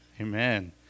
amen